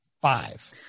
five